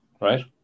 right